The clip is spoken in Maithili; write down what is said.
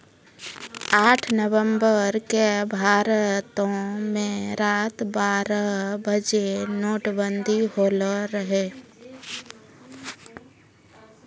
आठ नवम्बर के भारतो मे रात बारह बजे नोटबंदी होलो रहै